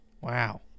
Wow